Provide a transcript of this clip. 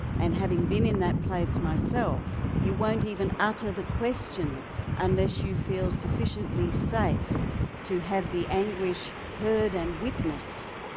and having been in that place myself you won't even utter the question unless you feel sufficiently safe to have the anguish heard and witnessed,